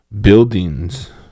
buildings